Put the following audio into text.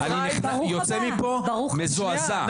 -- ואני יוצא מפה מזועזע.